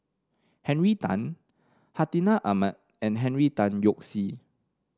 Henry Tan Hartinah Ahmad and Henry Tan Yoke See